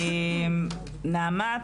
נעמ"ת,